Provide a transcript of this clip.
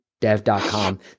Dev.com